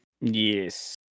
yes